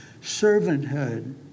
servanthood